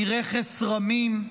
מרכס רמים,